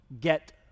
get